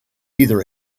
either